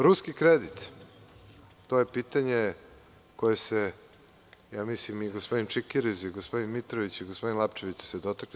Ruski kredit, to je pitanje kojeg su se gospodin Čikiriz, gospodin Mitrović i gospodin Lapčević dotakli.